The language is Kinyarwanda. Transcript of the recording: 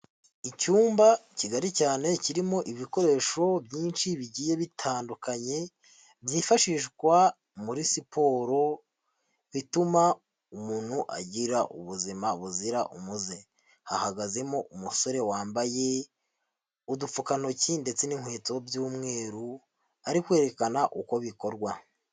Icyumba kigari cyane kirimo ibikoresho byinshi bigiye bitandukanye byifashishwa muri siporo bituma umuntu agira ubuzima buzira umuze, hahagazemo umusore wambaye udupfukantoki ndetse n'inkweto by'umweru ari kwerekana uko bikorwa.